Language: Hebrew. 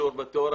בדיוק.